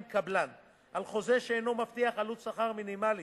קבלן על חוזה שאינו מבטיח עלות שכר מינימלית,